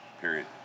Period